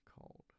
called